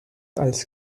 als